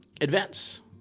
advance